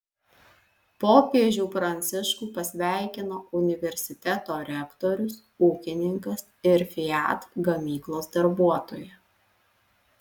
popiežių pranciškų pasveikino universiteto rektorius ūkininkas ir fiat gamyklos darbuotoja